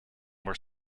were